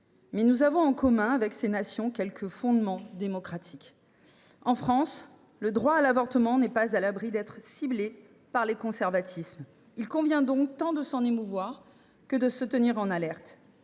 mais nous avons en commun avec ces nations quelques fondements démocratiques. En France, le droit à l’avortement n’est pas à l’abri des conservatismes. Il convient tant de s’en émouvoir que de se tenir en alerte.